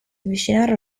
avvicinare